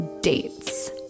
dates